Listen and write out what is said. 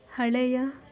ಹಳೆಯ